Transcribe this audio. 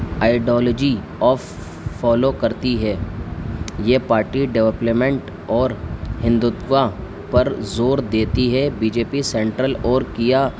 ideology of follow کرتی ہے یہ پارٹی ڈیوپلمنٹ اور ہندوتوا پر زور دیتی ہے بی جے پی سینٹرل اور کیا